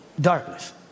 darkness